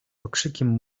okrzykiem